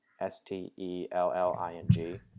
s-t-e-l-l-i-n-g